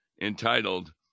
entitled